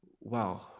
wow